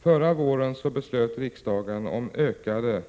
Förra våren beslöt riksdagen om ökade,